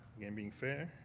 again, being fair.